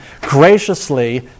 graciously